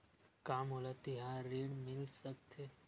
का मोला तिहार ऋण मिल सकथे?